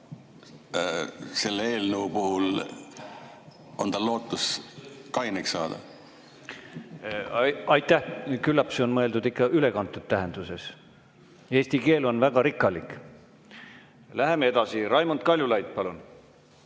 et selle eelnõu puhul on tal lootus kaineks saada? Aitäh! Küllap see on mõeldud ikka ülekantud tähenduses. Eesti keel on väga rikkalik. Läheme edasi. Raimond Kaljulaid, palun!